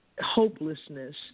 hopelessness